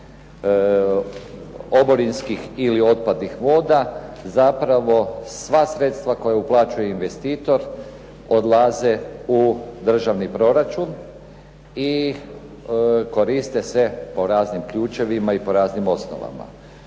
oborinskih ili otpadnih voda, zapravo sva sredstva koja uplaćuje investitor odlaze u državni proračun i koriste se po raznim ključevima i raznim osnovama.